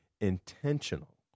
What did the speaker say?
intentional